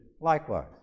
likewise